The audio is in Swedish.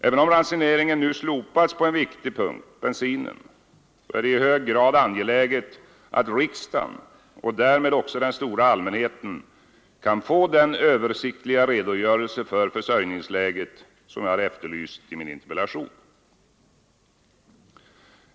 Även om ransoneringen nu slopas på en viktig punkt, bensinen, är det i hög grad angeläget att riksdagen och därmed också den stora allmänheten kan få den översiktliga redogörelse för försörjningsläget som jag efterlyste i min interpellation.